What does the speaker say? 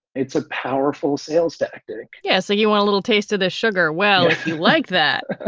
it's a powerful sales tactic yeah. so you want a little taste of the sugar? well, you like that ah